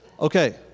Okay